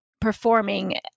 performing